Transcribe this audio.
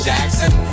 Jackson